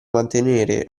mantenere